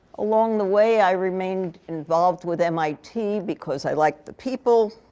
along the way, i remained involved with mit because i like the people.